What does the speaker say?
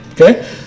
Okay